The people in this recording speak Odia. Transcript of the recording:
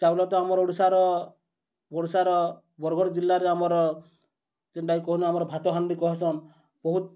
ଚାଉଲ ତ ଆମର୍ ଓଡ଼ିଶାର ଓଡ଼ିଶାର ବରଗଡ଼ ଜିଲ୍ଲାର ଆମର୍ ଯେନ୍ଟାକେ କହୁନ ଆମର୍ ଭାତହାଣ୍ଡି କହେସନ୍ ବହୁତ୍